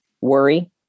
worry